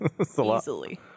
Easily